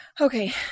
Okay